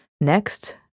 Next